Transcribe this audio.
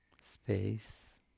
space